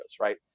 right